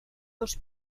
dos